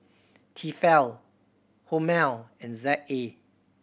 Tefal Hormel and Z A